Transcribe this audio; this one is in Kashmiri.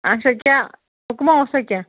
اچھا کیٛاہ حُکما اوسا کیٚنٛہہ